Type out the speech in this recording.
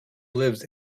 lives